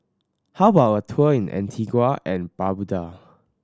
how about a tour in Antigua and Barbuda